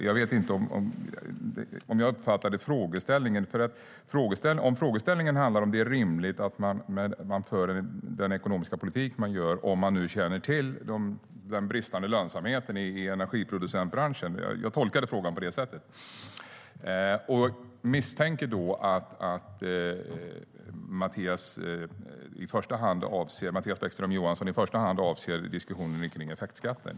Jag vet inte om jag uppfattade frågeställningen, om frågeställningen gäller om det är rimligt att man för den ekonomiska politik man för om man känner till den bristande lönsamheten i energiproducentbranschen - jag tolkade frågan på det sättet. Jag misstänker då att Mattias Bäckström Johansson i första hand avser diskussionen kring effektskatten.